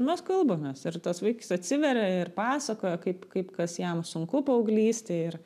mes kalbamės ir tas vaikis atsiveria ir pasakoja kaip kaip kas jam sunku paauglystėj ir